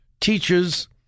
teaches